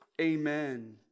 Amen